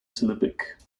syllabic